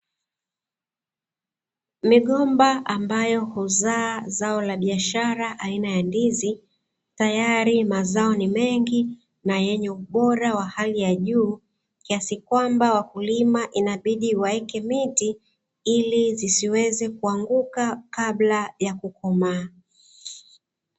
Migomba ambayo huzaa zao la biashara aina ya ndizi. tayari mazao ni mengi na yenye ubora wa hali ya juu, kiasi kwamba wakulima inabidi waweke miti, ili isiweze kuanguka kabla ya kukomaa.